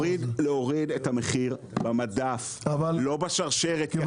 צריך להוריד את המחיר במדף, לא בשרשרת.